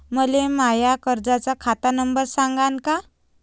मले माया कर्जाचा खात नंबर सांगान का?